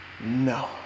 No